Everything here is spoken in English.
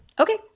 Okay